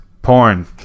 Porn